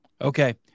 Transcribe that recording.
Okay